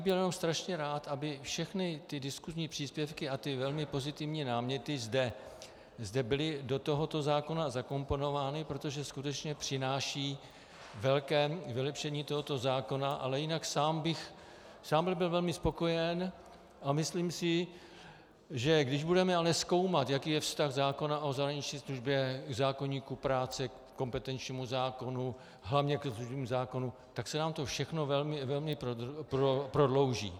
Byl bych jenom strašně rád, aby všechny ty diskusní příspěvky a ty velmi pozitivní náměty zde byly do tohoto zákona zakomponovány, protože skutečně přinášejí velké vylepšení tohoto zákona, ale jinak sám bych byl velmi spokojen, a myslím si, že když budeme ale zkoumat, jaký je vztah zákona o zahraniční službě k zákoníku práce, ke kompetenčnímu zákonu, hlavně ke služebnímu zákonu, tak se nám to všechno velmi prodlouží.